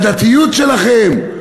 מהדתיות שלכם?